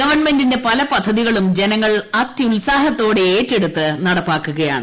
ഗവൺമെന്റിന്റെ പല പദ്ധതികളും ജനങ്ങൾ അത്യുൽസാഹത്തോടെ ഏറ്റെടുത്ത് നടപ്പാക്കുകയാണ്